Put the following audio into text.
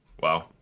Wow